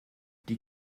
die